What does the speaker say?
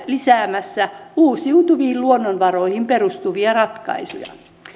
lisäämässä uusiutuviin luonnonvaroihin perustuvia ratkaisuja